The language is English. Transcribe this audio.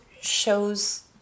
shows